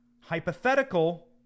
hypothetical